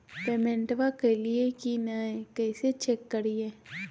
पेमेंटबा कलिए की नय, कैसे चेक करिए?